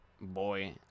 boy